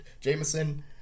Jameson